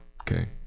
okay